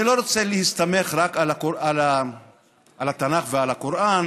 אני לא רוצה להסתמך רק על התנ"ך ועל הקוראן,